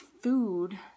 food